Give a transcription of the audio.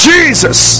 Jesus